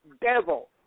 devil